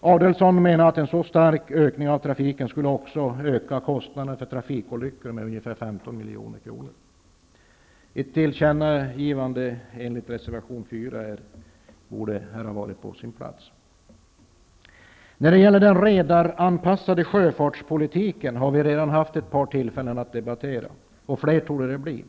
Adelsohn menade att en så stark ökning av trafiken också skulle öka kostnaderna för trafikolyckorna med ungefär 15 milj.kr.! Ett tillkännagivande enligt reservation 4 borde här ha varit på sin plats. Den redaranpassade sjöfartspolitiken har vi redan haft ett par tillfällen att debattera, och fler torde det bli.